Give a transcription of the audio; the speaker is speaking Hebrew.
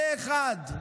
פה אחד.